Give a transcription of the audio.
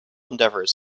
endeavors